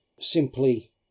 simply